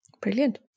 brilliant